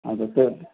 हँ तऽ फेर